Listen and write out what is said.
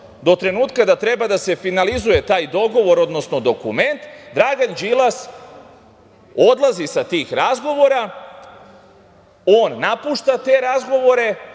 do trenutka da treba da se finalizuje taj dogovor, odnosno dokument Dragan Đilas odlazi sa tih razgovora. On napušta te razgovore